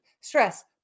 stress